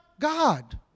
God